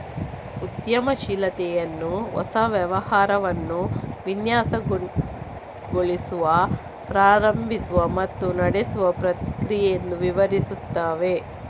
ಉದ್ಯಮಶೀಲತೆಯನ್ನು ಹೊಸ ವ್ಯವಹಾರವನ್ನು ವಿನ್ಯಾಸಗೊಳಿಸುವ, ಪ್ರಾರಂಭಿಸುವ ಮತ್ತು ನಡೆಸುವ ಪ್ರಕ್ರಿಯೆ ಎಂದು ವಿವರಿಸುತ್ತವೆ